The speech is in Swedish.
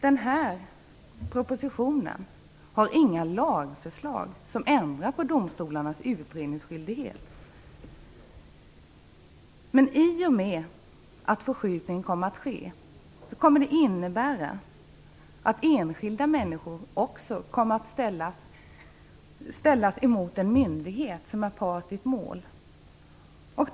Men i propositionen finns inga lagförslag som ändrar på domstolarnas utredningsskyldighet. Förskjutningen kommer att innebära att enskilda människor kommer att ställas emot en myndighet som är part i ett mål.